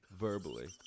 verbally